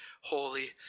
holy